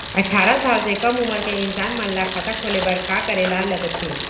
अट्ठारह साल से कम उमर के इंसान मन ला खाता खोले बर का करे ला लगथे?